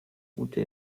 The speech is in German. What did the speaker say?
gute